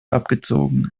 abgezogen